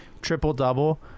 triple-double